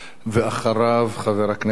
ואחריו, חבר הכנסת